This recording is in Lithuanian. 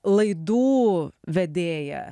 laidų vedėja